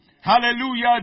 Hallelujah